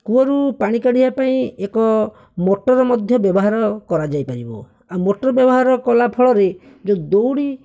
କୂଅରୁ ପାଣି କାଢିବା ପାଇଁ ଏକ ମୋଟର୍ ମଧ୍ୟ ବ୍ୟବହାର କରାଯାଇପାରିବ ଆଉ ମୋଟର୍ ବ୍ୟବହାର କଲା ଫଳରେ ଯେଉଁ ଦଉଡ଼ି